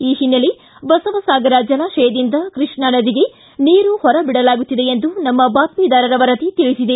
ಈ ಹಿನ್ನೆಲೆ ಬಸವಸಾಗರ ಜಲಾಶಯದಿಂದ ಕೃ ್ವಾ ನದಿಗೆ ನೀರು ಹೊರಬಿಡಲಾಗುತ್ತಿದೆ ಎಂದು ನಮ್ಮ ಬಾತ್ನಿದಾರರ ವರದಿ ತಿಳಿಸಿದೆ